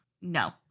No